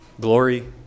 glory